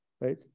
right